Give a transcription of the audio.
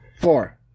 Four